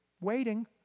waiting